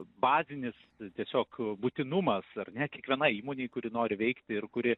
bazinis tiesiog būtinumas ar ne kiekvienai įmonei kuri nori veikti ir kuri